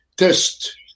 test